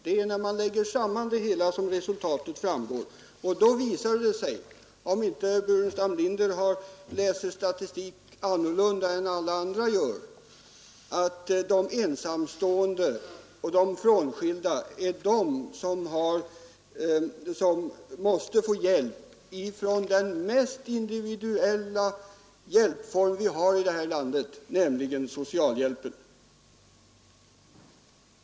Och om man lägger samman allt, så visar det sig — om inte herr Burenstam Linder har läst statistiken annorlunda än alla andra gör — att ensamstående och frånskilda är de människor som måste få hjälp från den mest individuella hjälpform vi har i det här landet, nämligen socialhjälpen.